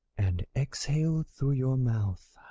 and exhale through your mouth.